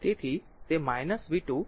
તેથી તે v 2 6 i 0 છે